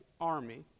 army